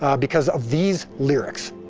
because of these lyrics,